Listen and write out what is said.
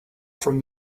from